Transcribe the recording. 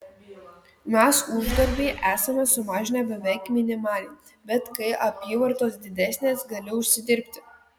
mes uždarbį esame sumažinę beveik minimaliai bet kai apyvartos didesnės gali užsidirbti